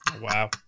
Wow